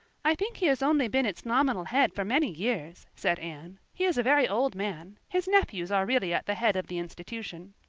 i think he has only been its nominal head for many years, said anne. he is a very old man his nephews are really at the head of the institution.